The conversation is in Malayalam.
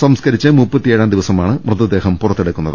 സംസ്കരിച്ച് മുപ്പത്തിയേഴാം ദിന മാണ് മൃതദ്ദേഹം പുറത്തെടുക്കുന്നത്